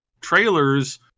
trailers